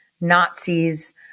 Nazis